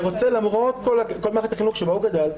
ורוצה למרות כל מערכת החינוך שבה הוא גדל,